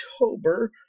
October